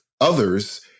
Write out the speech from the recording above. others